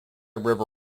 river